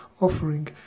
offering